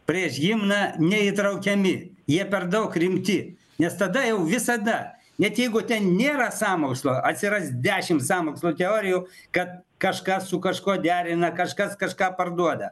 prieš himną neįtraukiami jie per daug rimti nes tada jau visada net jeigu ten nėra sąmokslo atsiras dešim sąmokslo teorijų kad kažkas su kažkuo derina kažkas kažką parduoda